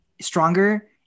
stronger